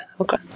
Okay